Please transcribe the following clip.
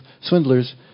swindlers